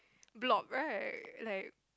blob right like